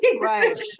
Right